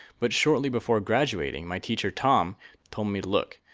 but shortly before graduating, my teacher tom told me, look,